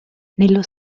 nello